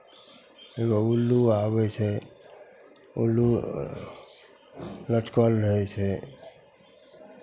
एगो उल्लू आबै छै उल्लू लटकल रहै छै